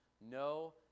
No